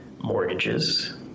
mortgages